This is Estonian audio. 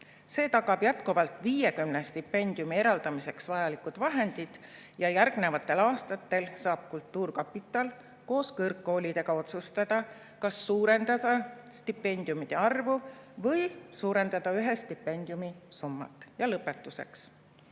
See tagab jätkuvalt 50 stipendiumi eraldamiseks vajalikud vahendid ja järgnevatel aastatel saab kultuurkapital koos kõrgkoolidega otsustada, kas suurendada stipendiumide arvu või suurendada stipendiumi summat. Ja lõpetuseks.